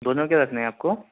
دونوں کے رکھنے ہیں آپ کو